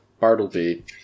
Bartleby